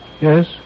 Yes